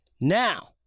Now